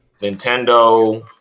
Nintendo